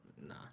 Nah